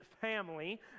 family